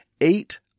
eight